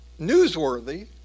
newsworthy